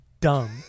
dumb